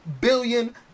billion